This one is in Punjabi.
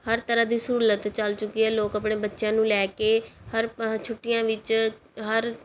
ਹਰ ਤਰ੍ਹਾਂ ਦੀ ਸਹੂਲਤ ਚੱਲ ਚੁੱਕੀ ਹੈ ਲੋਕ ਆਪਣੇ ਬੱਚਿਆਂ ਨੂੰ ਲੈ ਕੇ ਹਰ ਛੁੱਟੀਆਂ ਵਿੱਚ ਹਰ